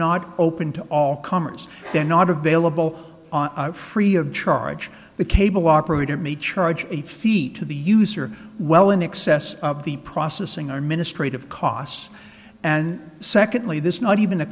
not open to all comers they're not available free of charge the cable operator may charge a fee to the user well in excess of the processing our ministry of costs and secondly this not even a